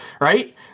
right